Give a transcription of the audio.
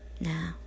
now